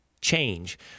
change